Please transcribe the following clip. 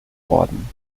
worden